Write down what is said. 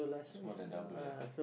that's more than double lah